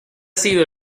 sido